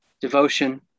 devotion